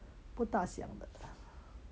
不大想的